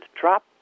drop